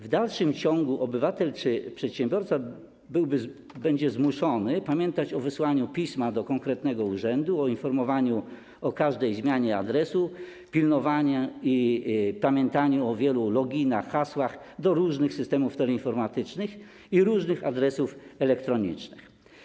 W dalszym ciągu obywatel czy przedsiębiorca będzie zmuszony pamiętać o wysłaniu pisma do konkretnego urzędu, o informowaniu o każdej zmianie adresu, o wielu loginach, hasłach do różnych systemów teleinformatycznych i różnych adresów elektronicznych.